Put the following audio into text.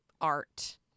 art